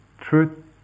truth